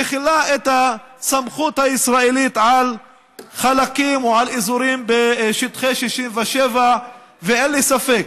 מחילה את הסמכות הישראלית על חלקים או על אזורים בשטחי 67'. אין לי ספק